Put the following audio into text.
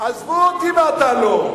עזבו אותי מ"אתה לא".